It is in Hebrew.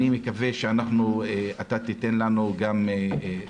אני מקווה שאתה תיתן לנו גם סמכויות,